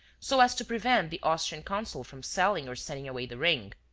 so as to prevent the austrian consul from selling or sending away the ring.